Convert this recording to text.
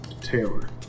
Taylor